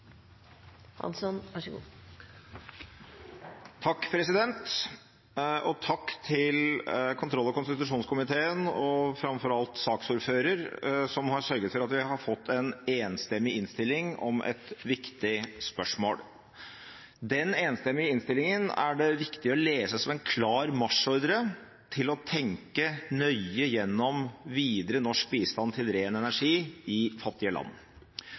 Takk til kontroll- og konstitusjonskomiteen og framfor alt saksordføreren, som har sørget for at vi har fått en enstemmig innstilling om et viktig spørsmål. Den enstemmige innstillingen er det viktig å lese som en klar marsjordre til å tenke nøye gjennom videre norsk bistand til ren energi i fattige land.